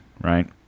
right